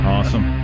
Awesome